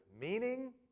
meaning